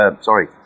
Sorry